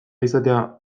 izatea